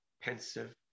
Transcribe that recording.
pensive